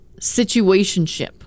situationship